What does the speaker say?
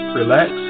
relax